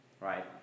Right